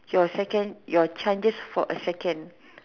your second your chances for a second